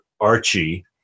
Archie